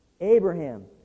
Abraham